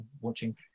watching